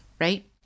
right